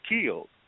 killed